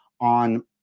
on